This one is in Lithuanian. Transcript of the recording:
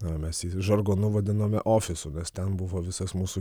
mes jį žargonu vadinome ofisu nes ten buvo visas mūsų gyvenimas tame motocikle